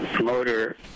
motor